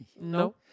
No